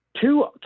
Two